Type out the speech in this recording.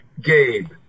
Gabe